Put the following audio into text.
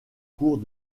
cours